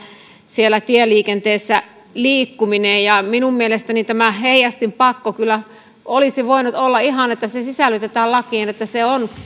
siellä tieliikenteessä liikkuminen minun mielestäni heijastinpakko kyllä olisi voinut olla ihan niin että se sisällytetään lakiin että se on